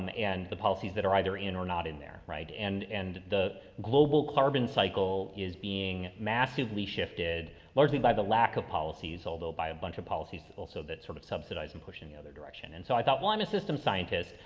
and the policies that are either in or not in there, right. and, and the global carbon cycle is being massively shifted largely by the lack of policies, although by a bunch of policies that also that sort of subsidize and pushing the other direction. and so i thought, well, i'm a system scientist.